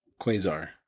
Quasar